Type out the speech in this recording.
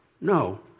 No